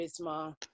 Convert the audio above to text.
charisma